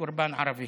בקורבן ערבי.